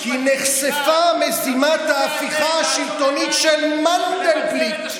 ב-30 ביוני הצהרת כי נחשפה מזימת ההפיכה השלטונית של מנדלבליט.